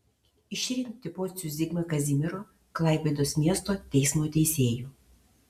išrinkti pocių zigmą kazimiero klaipėdos miesto teismo teisėju